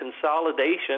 consolidation